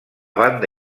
banda